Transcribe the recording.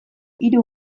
hiru